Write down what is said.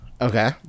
Okay